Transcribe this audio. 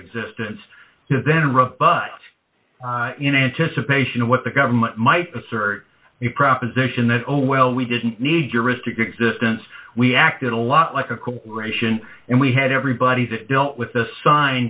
existence then run but you know anticipation of what the government might assert the proposition that oh well we didn't need your wrist existence we acted a lot like a corporation and we had everybody this built with the sign